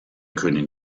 können